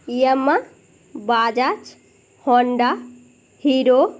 Yamaha Bajaj Honda hero